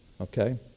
okay